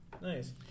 nice